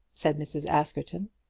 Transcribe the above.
said mrs. askerton.